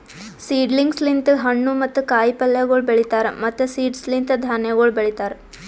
seedlings ಲಿಂತ್ ಹಣ್ಣು ಮತ್ತ ಕಾಯಿ ಪಲ್ಯಗೊಳ್ ಬೆಳೀತಾರ್ ಮತ್ತ್ ಸೀಡ್ಸ್ ಲಿಂತ್ ಧಾನ್ಯಗೊಳ್ ಬೆಳಿತಾರ್